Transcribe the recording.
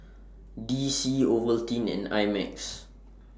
D C Ovaltine and I Max